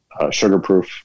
Sugarproof